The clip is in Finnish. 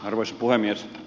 arvoisa puhemies